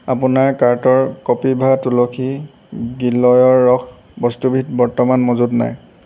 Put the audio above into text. আপোনাৰ কাৰ্টৰ কপিভা তুলসী গিলয়ৰ ৰস বস্তুবিধ বৰ্তমান মজুত নাই